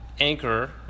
anchor